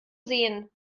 sehen